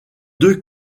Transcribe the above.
deux